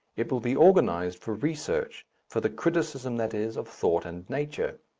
it will be organized for research for the criticism, that is, of thought and nature.